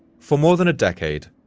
for more than a decade,